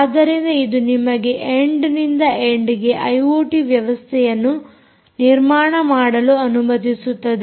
ಆದ್ದರಿಂದ ಇದು ನಿಮಗೆ ಎಂಡ್ ನಿಂದ ಎಂಡ್ಗೆ ಐಓಟಿ ವ್ಯವಸ್ಥೆಯನ್ನು ನಿರ್ಮಾಣ ಮಾಡಲು ಅನುಮತಿಸುತ್ತದೆ